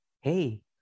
hey